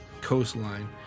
coastline